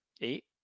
eight